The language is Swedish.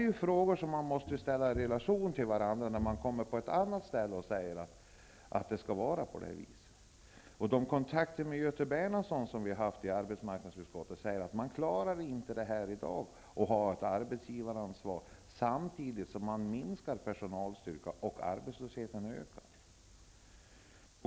Dessa frågor måste ställas i relation till varandra, när man säger att det skall vara på det här sättet. De kontakter som vi har haft med Göte Bernhardsson i arbetsmarknadsutskottet tyder på att det i dag inte går att införa ett arbetsgivaransvar samtidigt som personalstyrkan minskas och arbetslösheten ökar.